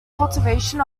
cultivation